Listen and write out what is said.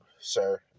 sir